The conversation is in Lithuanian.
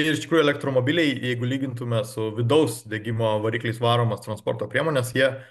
iš tikrųjų elektromobiliai jeigu lygintume su vidaus degimo varikliais varomos transporto priemonės jie